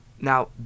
now